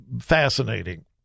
fascinating